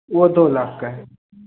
वो दो लाख का है